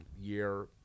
year